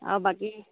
আৰু বাকী